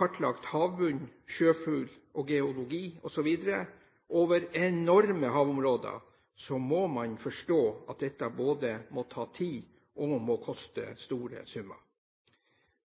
kartlagt både havbunn, sjøfugl, geologi osv. over enorme havområder, så må man forstå at dette både tar tid og koster store summer.